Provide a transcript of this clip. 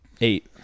eight